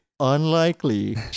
unlikely